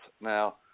Now